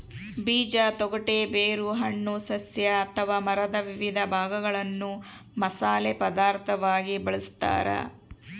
ಬೀಜ ತೊಗಟೆ ಬೇರು ಹಣ್ಣು ಸಸ್ಯ ಅಥವಾ ಮರದ ವಿವಿಧ ಭಾಗಗಳನ್ನು ಮಸಾಲೆ ಪದಾರ್ಥವಾಗಿ ಬಳಸತಾರ